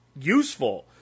useful